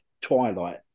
Twilight